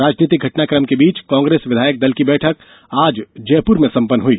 राजनीतिक घटनाक्रम के बीच कांग्रेस विधायक दल की बैठक आज जयपुर में सम्पन्न हई